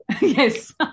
Yes